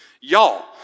Y'all